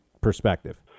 perspective